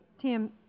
Tim